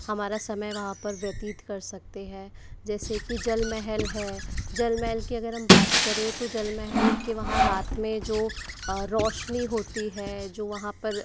हमारा समय वहाँ पर व्यतीत कर सकते हैं जैसे की जल महल है जल महल की अगर हम बात करें तो जल महल के वहाँ रात में जो रौशनी होती है जो वहाँ पर